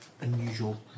unusual